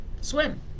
Swim